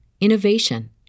innovation